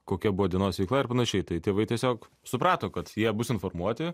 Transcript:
kokia buvo dienos veikla ir panašiai tai tėvai tiesiog suprato kad jie bus informuoti